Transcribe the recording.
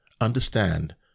Understand